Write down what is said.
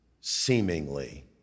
seemingly